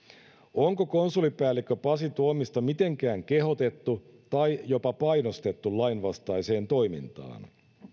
onko konsulipäällikkö pasi tuomista mitenkään kehotettu tai jopa painostettu lainvastaiseen toimintaan